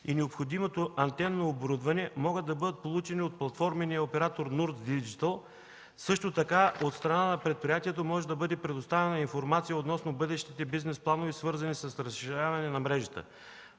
и необходимото антенно оборудване, могат да бъдат получени от платформения оператор Nurts Digital. Също така от страна на предприятието може да бъде предоставена информация относно бъдещите бизнес планове, свързани с разширяване на мрежата.